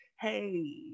hey